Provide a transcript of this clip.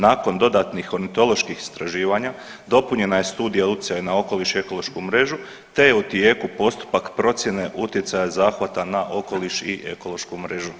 Nakon dodatnih ontoloških istraživanja dopunjena je Studija utjecaja na okoliš i ekološku mrežu, te je u tijeku postupak procjene utjecaja zahvata na okoliš i ekološku mrežu.